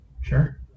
Sure